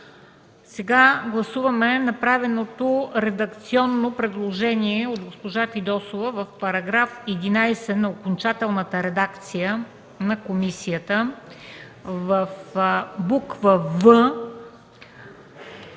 Сега гласуваме направеното редакционно предложение от госпожа Фидосова: в § 11 на окончателната редакция на комисията в буква